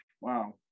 wow